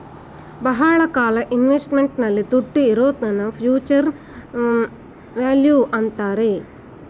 ಬಹಳ ಕಾಲ ಇನ್ವೆಸ್ಟ್ಮೆಂಟ್ ನಲ್ಲಿ ದುಡ್ಡು ಇರೋದ್ನ ಫ್ಯೂಚರ್ ವ್ಯಾಲ್ಯೂ ಅಂತಾರೆ